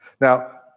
Now